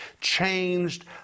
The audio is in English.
changed